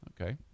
Okay